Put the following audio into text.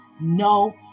No